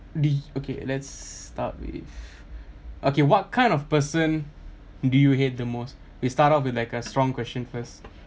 the okay let's start with okay what kind of person do you hate the most we start off with like a strong question first